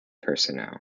personnel